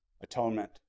atonement